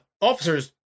officers